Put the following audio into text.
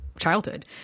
childhood